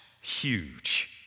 huge